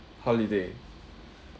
holiday